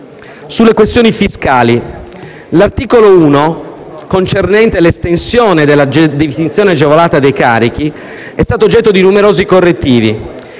alle questioni fiscali, l'articolo 1, concernente l'estensione della definizione agevolata dei carichi, è stato oggetto di numerosi correttivi.